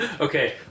Okay